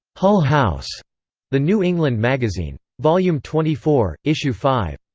hull house the new england magazine. volume twenty four, issue five.